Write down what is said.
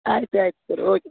ಆಯ್ತು ಆಯಿತು sir okay